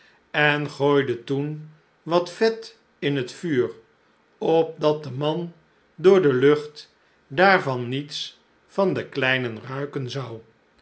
en gooide toen wat vet in het vuur opdat de man door de lucht daarvan niets van de kleinen ruiken zou